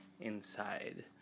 inside